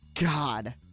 God